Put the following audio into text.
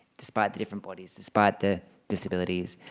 despite the different bodies, despite the disabilities,